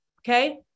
Okay